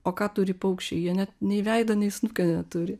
o ką turi paukščiai jie net nei veido nei snukio neturi